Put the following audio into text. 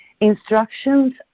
Instructions